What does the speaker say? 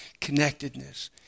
connectedness